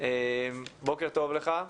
בוקר טוב לך.